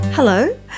Hello